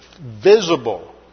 visible